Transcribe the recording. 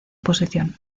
posición